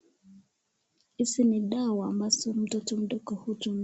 Hizi ni dawa ambazo mtoto mdogo hutumia.